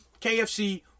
kfc